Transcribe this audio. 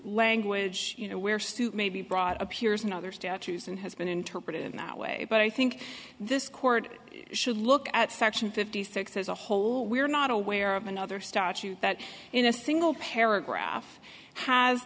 language you know where stoop may be brought appears in other statues and has been interpreted in that way but i think this court should look at section fifty six as a whole we're not aware of another star that in a single paragraph has